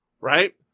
right